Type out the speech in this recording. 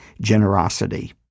generosity